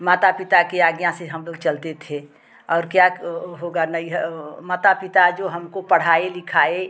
माता पिता की आज्ञा से हम लोग चलते थे और क्या होगा नैहर माता पिता जो हमको पढ़ाए लिखाए